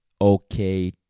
okay